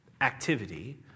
activity